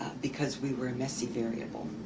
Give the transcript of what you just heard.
because we were a messy variable.